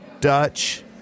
Dutch